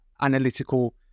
analytical